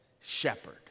shepherd